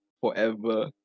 forever